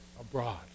abroad